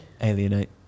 Alienate